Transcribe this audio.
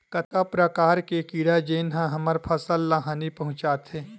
कतका प्रकार के कीड़ा जेन ह हमर फसल ल हानि पहुंचाथे?